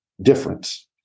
Difference